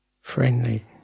friendly